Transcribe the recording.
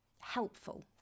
helpful